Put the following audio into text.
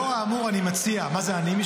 לאור האמור, אני מציע, מה זה אני?